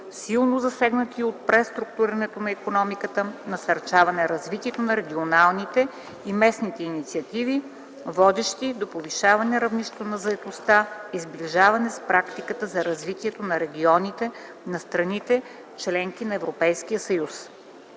силно засегнати от преструктурирането на икономиката; насърчаване развитието на регионалните и местните инициативи, водещи до повишаване равнището на заетостта и сближаване с практиката за развитието на регионите на страните - членки на Европейския съюз.